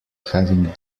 having